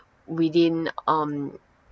within um